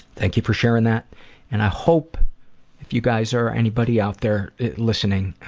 thank you for sharing that and i hope if you guys, or anybody out there listening,